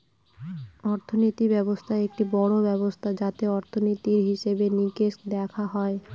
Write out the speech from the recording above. অর্থনীতি ব্যবস্থা একটি বড়ো ব্যবস্থা যাতে অর্থনীতির, হিসেবে নিকেশ দেখা হয়